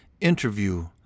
interview